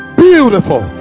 beautiful